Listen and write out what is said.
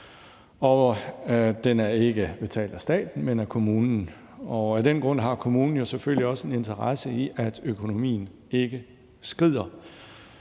den er ikke betalt af staten, men af kommunen. Og af den grund har kommunen selvfølgelig også en interesse i, at økonomien ikke skrider.